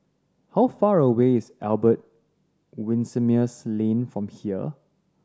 how far away is Albert Winsemius Lane from here